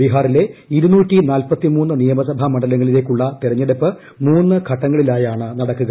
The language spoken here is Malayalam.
ബീഹാറിലെ നിയമസഭാ മണ്ഡലങ്ങളിലേക്കുള്ള തെരഞ്ഞെടുപ്പ് മൂന്ന് ഘട്ടങ്ങളിലായാണ് നടക്കുക